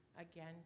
again